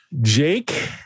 Jake